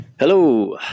Hello